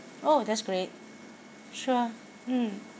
oh that's great sure mm